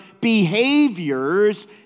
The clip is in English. behaviors